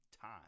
time